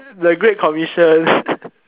the great commission